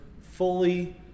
fully